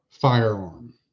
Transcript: firearm